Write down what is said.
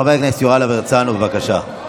חבר הכנסת יוראי להב הרצנו, בבקשה.